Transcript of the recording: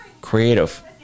creative